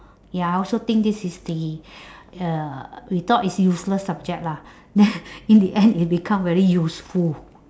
ya I also think this is the uh we thought is useless subject lah ya in the end it become very useful